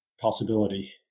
possibility